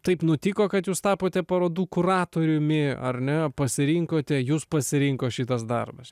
taip nutiko kad jūs tapote parodų kuratoriumi ar ne pasirinkote jus pasirinko šitas darbas